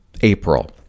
April